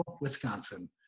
Wisconsin